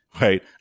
right